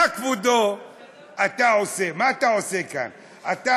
מה אתה עושה כאן, כבודו?